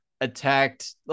attacked